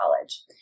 college